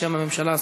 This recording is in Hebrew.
בשם הממשלה,